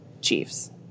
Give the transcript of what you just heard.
Chiefs